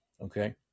okay